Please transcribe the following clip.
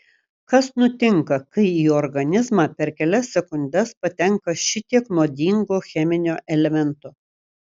kas nutinka kai į organizmą per kelias sekundes patenka šitiek nuodingo cheminio elemento